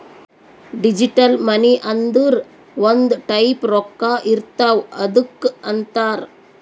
digital money ಅಂದುರ್ ಒಂದ್ type ರೊಕ್ಕಾ ಇರ್ತಾವ್ ಅದ್ದುಕ್ ಅಂತಾರ್